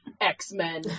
X-Men